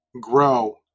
grow